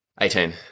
Eighteen